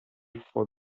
for